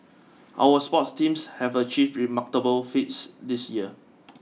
our sports teams have achieved remarkable feats this year